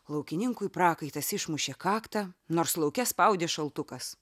laukininkui prakaitas išmušė kaktą nors lauke spaudė šaltukas